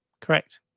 Correct